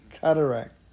cataract